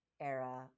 era